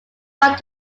right